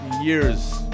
years